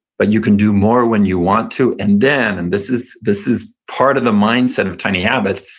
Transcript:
but you can do more when you want to. and then, and this is this is part of the mindset of tiny habits,